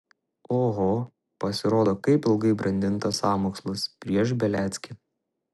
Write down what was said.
oho pasirodo kaip ilgai brandintas sąmokslas prieš beliackį